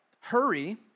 Hurry